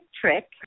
trick